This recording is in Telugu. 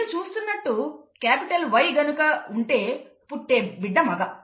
మీరు చూస్తున్నట్టు Y గనుక ఉంటే పుట్టే బిడ్డ మగ